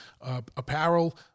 apparel